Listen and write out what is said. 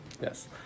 Yes